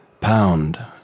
Pound